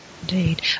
Indeed